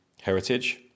heritage